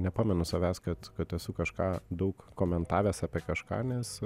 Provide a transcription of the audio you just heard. nepamenu savęs kad kad esu kažką daug komentavęs apie kažką nes